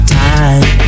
time